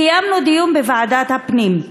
קיימנו דיון בוועדת הפנים,